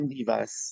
Divas